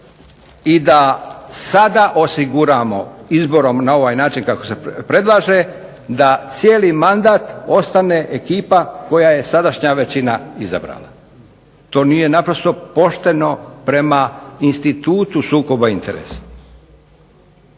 i da sada osiguramo izborom na ovaj način kako se predlaže da cijeli mandat ostane ekipa koje je sadašnja većina izabrala. To nije naprosto pošteno prema institutu sukoba interesa.